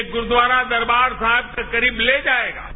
उन्हें गुरूद्वारा दरबार साहिब के करीब ले जाएगा